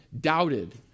doubted